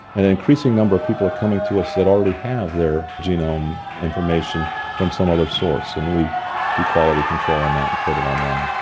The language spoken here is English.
and an increasing number of people are coming to us that already have their genome information from some other source and we do quality control on that and put it online.